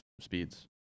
speeds